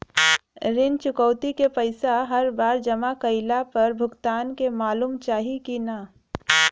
ऋण चुकौती के पैसा हर बार जमा कईला पर भुगतान के मालूम चाही की ना?